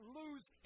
lose